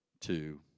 two